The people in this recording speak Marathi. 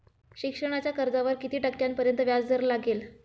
शिक्षणाच्या कर्जावर किती टक्क्यांपर्यंत व्याजदर लागेल?